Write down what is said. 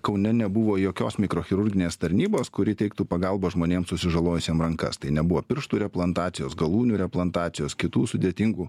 kaune nebuvo jokios mikrochirurginės tarnybos kuri teiktų pagalbą žmonėms susižalojusiem rankas tai nebuvo pirštų replantacijos galūnių replantacijos kitų sudėtingų